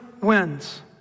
wins